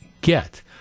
get